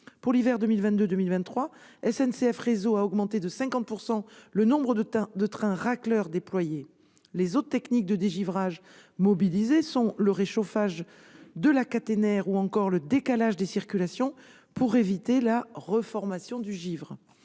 Pour l'hiver 2022-2023, SNCF Réseau a augmenté de 50 % le nombre de trains racleurs déployés. Les autres techniques de dégivrage mobilisées sont le réchauffage de la caténaire ou encore le décalage des circulations pour éviter la reformation de givre.